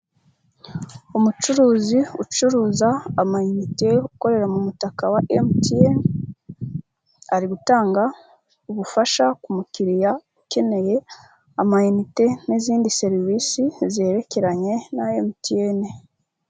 Umucuruzi ucuruza amayinite ukorera mu mutaka wa MTN, ari gutanga ubufasha ku mukiriya ukeneye amayinite n'izindi serivisi zerekeranye na MTN.